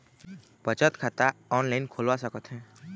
बचत खाता ऑनलाइन खोलवा सकथें?